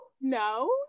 no